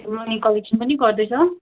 मनि collection पनि गर्दैछ